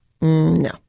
No